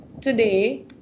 today